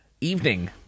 evening